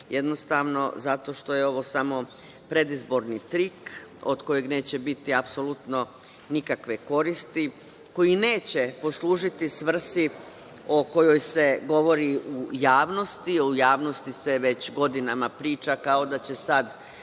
jednostavno, zato što je ovo samo predizborni trik od kojeg neće biti apsolutno nikakve koristi, koji neće poslužiti svrsi o kojoj se govori u javnosti, a u javnosti se već godinama priča kao da će sad